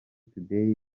today